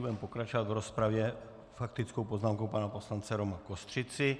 Budeme pokračovat v rozpravě faktickou poznámkou pana poslance Roma Kostřici.